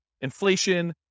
inflation